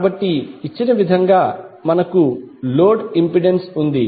కాబట్టి ఇచ్చిన విధంగా మనకు లోడ్ ఇంపెడెన్స్ ఉంది